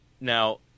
Now